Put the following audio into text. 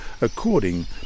according